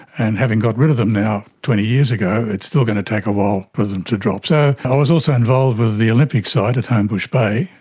and having got rid of them now twenty years ago, it's still going to take a while for them to drop. so was also involved with the olympic so site at homebush bay,